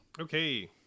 okay